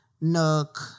Nook